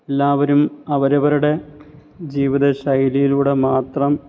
എല്ലാവരും അവരവരുടെ ജീവിത ശൈലിയിലൂടെ മാത്രം